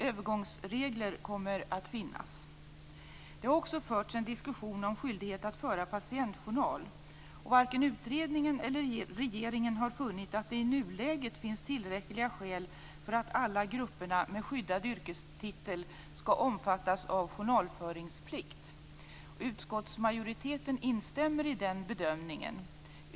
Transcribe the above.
Övergångsregler kommer att finnas. Det har också förts en diskussion om skyldighet att föra patientjournal. Varken utredningen eller regeringen har funnit att det i nuläget finns tillräckliga skäl för att alla grupperna med skyddad yrkestitel skall omfattas av journalföringsplikt. Utskottsmajoriteten instämmer i den bedömningen.